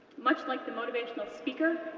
much like the motivational speaker,